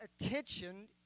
attention